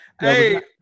Hey